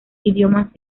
idiomas